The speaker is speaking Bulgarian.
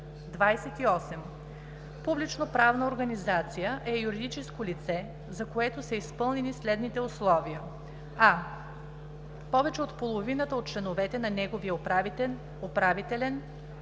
28. „Публичноправна организация“ е юридическо лице, за което са изпълнени следните условия: а) повече от половината от членовете на неговия управителен или